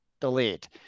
delete